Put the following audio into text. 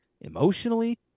emotionally